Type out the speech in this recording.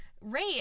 Ray